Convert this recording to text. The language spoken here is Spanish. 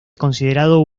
considerado